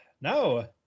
No